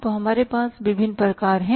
तो हमारे पास विभिन्न प्रकार हैं